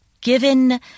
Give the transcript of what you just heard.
given